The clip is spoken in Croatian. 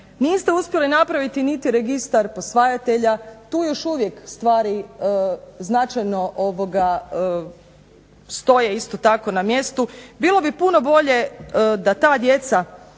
Niste uspjeli napraviti niti registar posvajatelja. Tu još uvijek stvari značajno stoje isto tako na mjestu. Bilo bi puno bolje da ta djeca